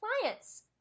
clients